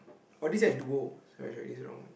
what do you say at dual sorry sorry is it wrong one